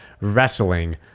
wrestling